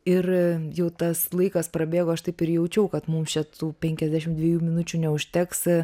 ir jau tas laikas prabėgo aš taip ir jaučiau kad mums čia tų penkiasdešim dviejų minučių neužteks